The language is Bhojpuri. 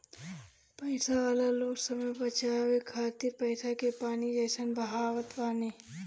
पईसा वाला लोग समय बचावे खातिर पईसा के पानी जइसन बहावत बाने